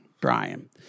Brian